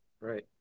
right